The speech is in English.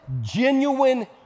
genuine